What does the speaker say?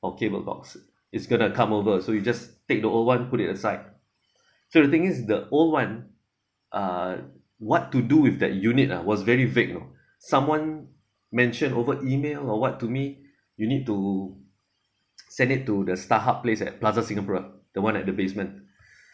or cable box is going to come over so you just take the old one put it aside so the thing is the old one uh what to do with that unit that was very weird you know someone mention over email or what to me you need to send it to the starhub place at plaza singapura the one at the basement